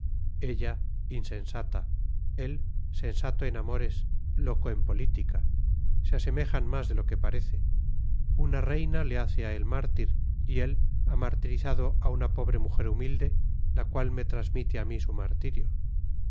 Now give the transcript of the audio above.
ella insensata él sensato en amores loco en política se asemejan más de lo que parece una reina le hace a él mártir y él ha martirizado a una pobre mujer humilde la cual me transmite a mí su martirio